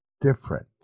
different